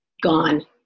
gone